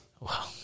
Wow